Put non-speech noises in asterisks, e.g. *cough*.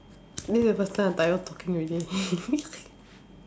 this is the first time I'm tired of talking already *laughs*